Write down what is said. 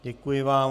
Děkuji vám.